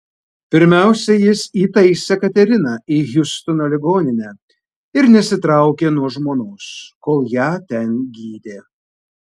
pirmiausia jis įtaisė kateriną į hjustono ligoninę ir nesitraukė nuo žmonos kol ją ten gydė